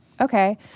Okay